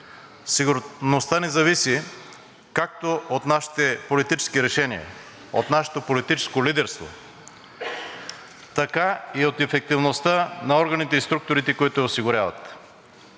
Сигурността ни зависи както от нашите политически решения, от нашето политическо лидерство, така и от ефективността на органите и структурите, които я осигуряват.